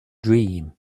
dream